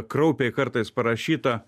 kraupiai kartais parašyta